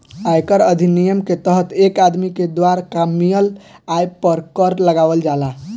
आयकर अधिनियम के तहत एक आदमी के द्वारा कामयिल आय पर कर लगावल जाला